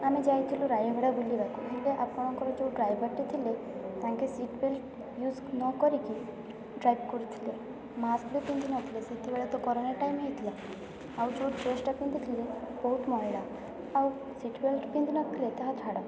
ଆମେ ଯାଇଥିଲୁ ରାୟଗଡ଼ା ବୁଲିବାକୁ ହେଲେ ଆପଣଙ୍କର ଯେଉଁ ଡ୍ରାଇଭର୍ଟି ଥିଲେ ତାଙ୍କେ ସିଟ୍ ବେଲ୍ଟ ୟୁଜ୍ ନକରିକି ଡ୍ରାଇଭ୍ କରୁଥିଲେ ମାସ୍କ ବି ପିନ୍ଧିନଥିଲେ ସେତେବେଳେ ତ କରୋନା ଟାଇମ୍ ହୋଇଥିଲା ଆଉ ଯେଉଁ ଡ୍ରେସ୍ଟା ପିନ୍ଧିଥିଲେ ବହୁତ ମଇଳା ଆଉ ସିଟ୍ ବେଲ୍ଟ ପିନ୍ଧି ନଥିଲେ ତାହା ଛାଡ଼